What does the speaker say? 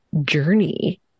journey